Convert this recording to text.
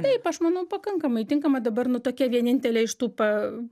taip aš manau pakankamai tinkama dabar nu tokia vienintelė iš tų pa